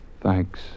Thanks